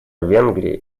венгрии